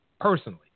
Personally